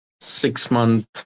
six-month